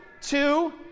Two